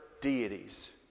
deities